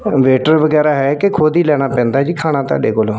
waiter ਵਗੈਰਾ ਹੈ ਕਿ ਖੁਦ ਹੀ ਲੈਣਾ ਪੈਂਦਾ ਜੀ ਖਾਣਾ ਤੁਹਾਡੇ ਕੋਲੋਂ